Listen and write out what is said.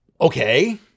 Okay